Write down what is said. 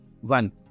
One